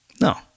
No